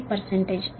48